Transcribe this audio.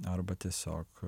arba tiesiog